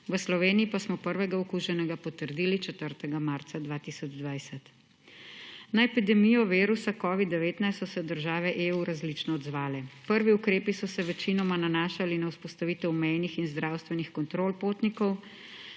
v Sloveniji pa smo prvega okuženega potrdili 4. marca 2020. Na epidemijo virusa covida-19 so se države EU različno odzvale. Prvi ukrepi so se večinoma nanašali na vzpostavitev mejnih in zdravstvenih kontrol potnikov,